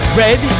red